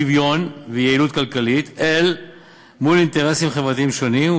שוויון ויעילות כלכלית אל מול אינטרסים חברתיים שונים,